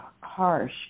harsh